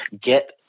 get